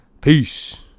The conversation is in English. peace